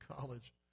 college